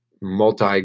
multi